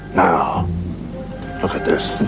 now look at this.